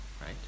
Right